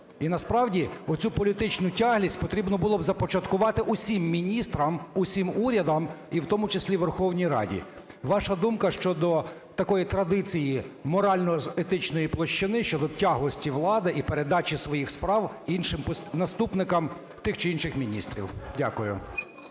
І насправді, оцю політичну тяглість потрібно було б започаткувати усім міністрам, усім урядам, і в тому числі Верховній Раді. Ваша думка щодо такої традиції з морально-етичної площини щодо "тяглості" влади і передачі своїх справ іншим… наступникам тих чи інших міністрів. Дякую.